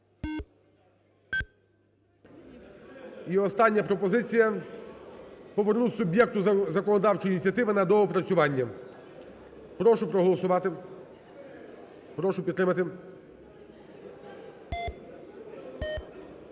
І остання пропозиція – повернути суб'єкту законодавчої ініціативи на доопрацювання. Прошу проголосувати, прошу підтримати.